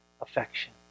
affection